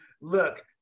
Look